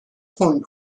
point